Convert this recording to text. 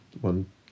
one